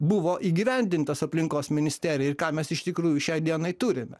buvo įgyvendintas aplinkos ministerija ir ką mes iš tikrųjų šiai dienai turime